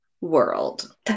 world